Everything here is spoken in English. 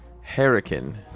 hurricane